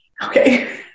Okay